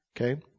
Okay